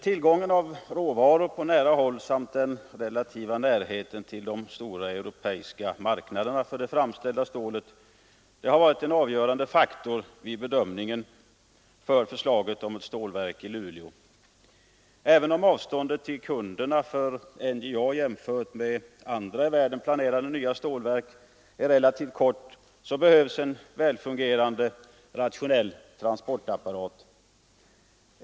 Tillgången på råvaror på nära håll samt den relativa närheten till den stora europeiska marknaden för det framställda stålet har varit en avgörande faktor vid bedömningen av förslaget om ett stålverk i Luleå. Även om avståndet till kunderna för NJA — jämfört med andra i världen planerade nya stålverk — är relativt kort behövs en välfungerande, rationell transportapparat.